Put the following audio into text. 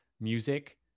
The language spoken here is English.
music